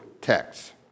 text